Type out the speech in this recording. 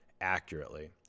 accurately